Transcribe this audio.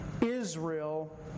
Israel